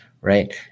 Right